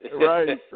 Right